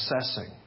assessing